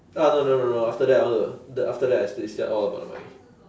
uh no no no no after that I want to the after that I splits all got the money